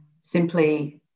simply